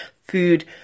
food